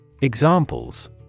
Examples